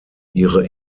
ihre